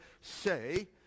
say